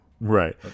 Right